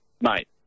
Mate